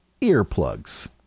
Earplugs